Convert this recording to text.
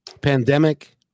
pandemic